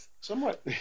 somewhat